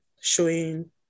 showing